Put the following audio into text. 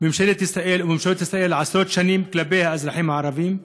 ממשלת ישראל וממשלות ישראל כלפי האזרחים הערבים,